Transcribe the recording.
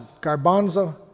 Garbanzo